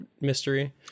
mystery